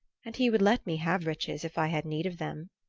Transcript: and he would let me have riches if i had need of them.